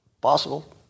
Possible